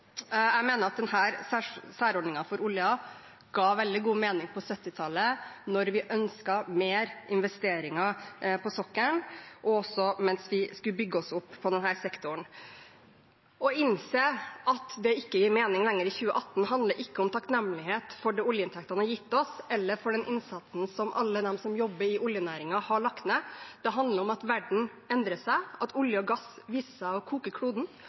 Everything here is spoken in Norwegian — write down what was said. Jeg mener at denne særordningen for oljen ga veldig god mening på 1970-tallet, da vi ønsket mer investeringer på sokkelen, og også mens vi skulle bygge oss opp på denne sektoren. Å innse at det ikke gir mening lenger i 2018, handler ikke om takknemlighet for det oljeinntektene har gitt oss eller for den innsatsen alle de som jobber i oljenæringen, har lagt ned, det handler om at verden endrer seg, at olje og gass viser seg å koke kloden,